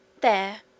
There